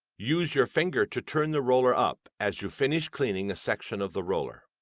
use your finger to turn the roller up as you finish cleaning a section of the roller.